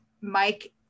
Mike